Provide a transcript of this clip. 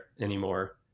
anymore